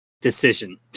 decision